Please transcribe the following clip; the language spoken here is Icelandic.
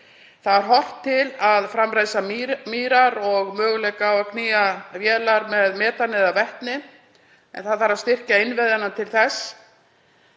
Það er horft til þess að framræsa mýrar og möguleika á að knýja vélar með metan eða vetni en það þarf að styrkja innviðina til þess.